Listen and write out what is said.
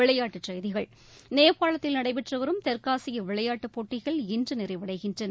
விஜயகுமார் நேபாளத்தில் நடைபெற்று வரும் தெற்கூசிய விளையாட்டுப் போட்டிகள் இன்று நிறைவடைகின்றன